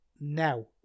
now